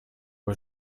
può